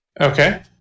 okay